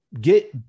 get